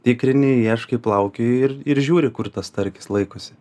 tikrini ieškai plaukioji ir ir žiūri kur tas starkis laikosi